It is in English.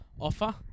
offer